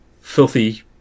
filthy